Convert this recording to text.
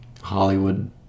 Hollywood